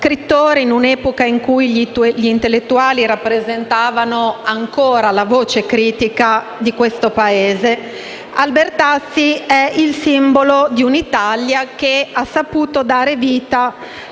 in un'epoca in cui gli intellettuali rappresentavano ancora la voce critica di questo Paese, Albertazzi è il simbolo di un'Italia che ha saputo dare vita a